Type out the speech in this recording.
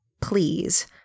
Please